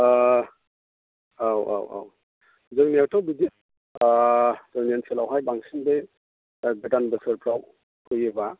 औ औ औ जोंनियाथ' बिदि अ जोंनि ओनसोलावहाय बांसिन बे गोदान बोसोरफ्राव फैयोबा